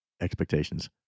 expectations